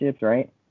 right